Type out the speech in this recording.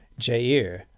Jair